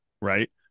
right